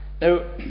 Now